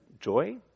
joy